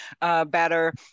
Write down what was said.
better